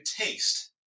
taste